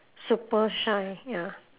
super shine ya